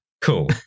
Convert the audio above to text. cool